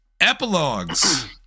Epilogues